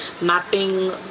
mapping